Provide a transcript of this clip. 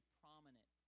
prominent